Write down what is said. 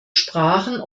sprachen